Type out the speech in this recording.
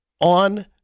On